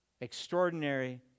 extraordinary